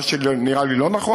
מה שנראה לי לא נכון,